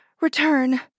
Return